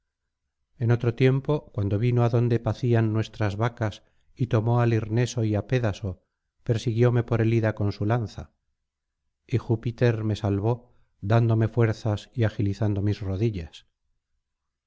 en otro tiempo cuando vino adonde pacían nuestras vacas y tomó á lirneso y á pédaso persiguióme por el ida con su lanza y júpiter me salvó dándome fuerzas y agilitando mis rodillas